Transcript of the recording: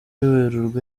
werurwe